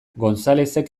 gonzalezek